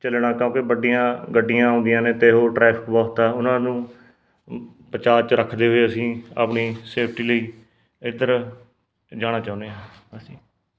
ਚਲਣਾ ਕਿਉਂਕਿ ਵੱਡੀਆਂ ਗੱਡੀਆਂ ਆਉਂਦੀਆਂ ਨੇ ਅਤੇ ਉਹ ਟਰੈਫਿਕ ਬਹੁਤ ਹੈ ਉਹਨਾਂ ਨੂੰ ਪਚਾਅ 'ਚ ਰੱਖਦੇ ਹੋਏ ਅਸੀਂ ਆਪਣੀ ਸੇਫਟੀ ਲਈ ਇਧਰ ਜਾਣਾ ਚਾਹੁੰਦੇ ਹਾਂ ਅਸੀਂ